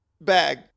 bag